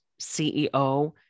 CEO